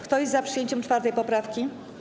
Kto jest za przyjęciem 4. poprawki?